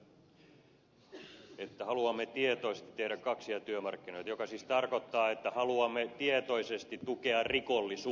rajamäki sanoo että haluamme tietoisesti tehdä kaksia työmarkkinoita mikä siis tarkoittaa että haluamme tietoisesti tukea rikollisuutta